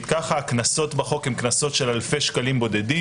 הקנסות בחוק הם של אלפי שקלים בודדים.